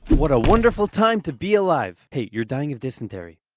what a wonderful time to be alive hey, you're dying of dysentery.